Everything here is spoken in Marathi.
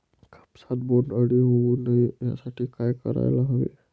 कापसात बोंडअळी होऊ नये यासाठी काय करायला हवे?